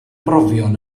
brofion